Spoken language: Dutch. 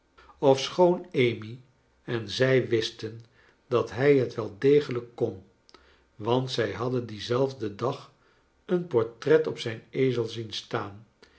ofschoon amy en zij wisten dat hij het wel degelijk kon want zij hadden dien zelfden dag een portret op zijn ezel zien staan